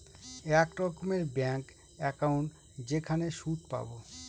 এক রকমের bank account যেখানে সুদ পাবো